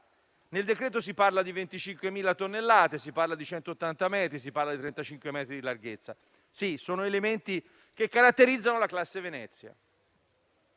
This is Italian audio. Nel provvedimento si parla di 25.000 tonnellate, 180 metri e 35 metri di larghezza: sono elementi che caratterizzano la classe Venezia.